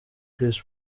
chris